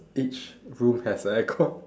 each room has a aircon